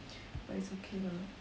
but it's okay lah